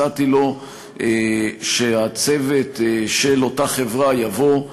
הצעתי לו שהצוות של אותה חברה יבוא,